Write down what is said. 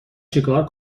چیکار